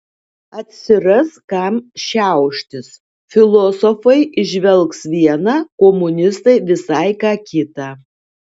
atsiras kam šiauštis filosofai įžvelgs viena komunistai visai ką kita